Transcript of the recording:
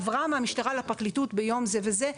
עברה מהמשטרה לפרקליטות ביום זה וזה,